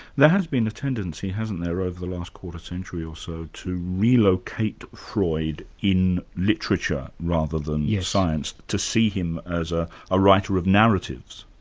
there has been a tendency, hasn't there, over the last quarter century or so, to relocate freud in literature, rather than yeah science to see him as ah a writer of narratives.